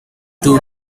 two